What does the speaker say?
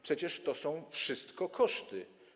Przecież to są wszystko koszty.